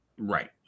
right